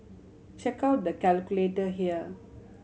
check out the calculator here